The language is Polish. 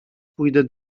pójdę